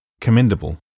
commendable